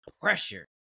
pressure